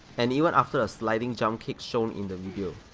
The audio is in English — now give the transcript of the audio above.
and even after a sliding jump kick shown in the video.